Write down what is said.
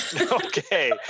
okay